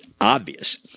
obvious